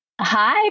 Hi